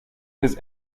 his